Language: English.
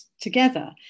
together